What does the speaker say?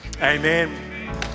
Amen